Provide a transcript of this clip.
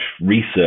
research